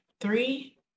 three